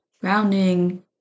grounding